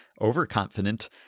Overconfident